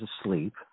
asleep